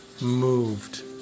moved